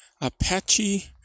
Apache